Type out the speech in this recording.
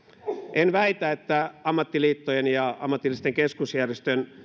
en väitä että ammattiliittojen ja ammatillisten keskusjärjestöjen